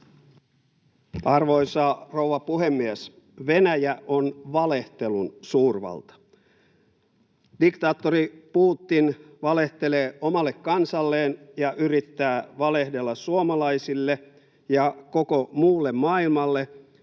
Arvoisa rouva puhemies! Venäjä on valehtelun suurvalta. Diktaattori Putin valehtelee omalle kansalleen ja yrittää valehdella suomalaisille ja koko muulle maailmalle,